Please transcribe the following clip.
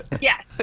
Yes